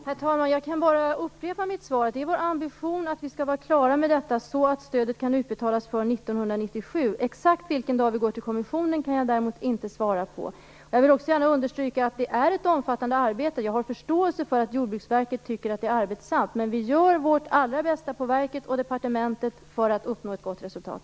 Herr talman! Jag kan bara upprepa mitt svar. Det är vår ambition att vi skall vara klara med detta så att stödet kan utbetalas för 1997. Exakt vilken dag vi går till kommissionen kan jag däremot inte svara på. Jag vill också gärna understryka att det är ett omfattande arbete. Jag har förståelse för att Jordbruksverket tycker att det är arbetsamt. Men vi gör vårt allra bästa på verket och departementet för att uppnå ett gott resultat.